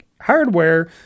hardware